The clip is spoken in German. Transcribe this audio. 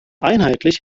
einheitlich